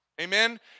amen